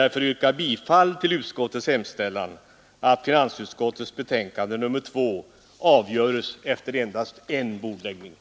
Jag yrkar bifall till utskottets hemställan att finansutskottets betänkande nr 2 avgöres efter endast en bordläggning.